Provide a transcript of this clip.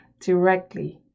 directly